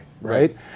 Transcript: right